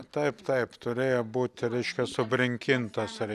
taip taip turėjo būt reiškia subrinkintas rei